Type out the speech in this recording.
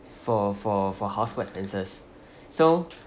for for for household expenses so